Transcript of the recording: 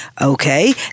Okay